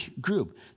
group